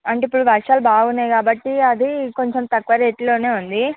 అంటే ఇప్పుడు వర్షాలు బాగా ఉన్నాయి కాబట్టి అది కొంచెం తక్కువ రేట్లోనే ఉంది